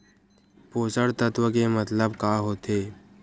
पोषक तत्व के मतलब का होथे?